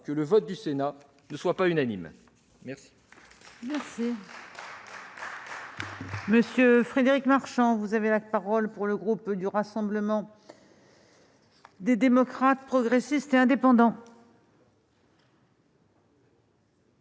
que le vote du Sénat ne soit pas unanime. La